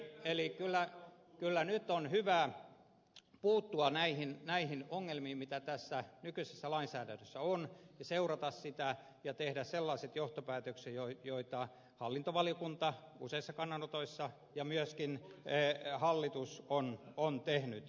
eli kyllä nyt on hyvä puuttua näihin ongelmiin mitä tässä nykyisessä lainsäädännössä on ja seurata sitä ja tehdä sellaiset johtopäätökset joita hallintovaliokunta useissa kannanotoissa ja myöskin hallitus on tehnyt